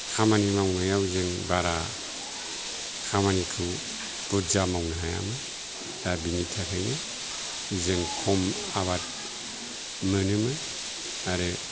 खामानि मावनायाव जों बारा खामानिखौ बुरजा मावनो हायामोन दा बेनि थाखायनो जों खम आबाद मोनोमोन आरो